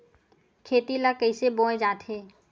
खेती ला कइसे बोय जाथे?